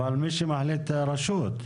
אבל מי שמחליט הרשות.